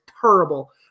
terrible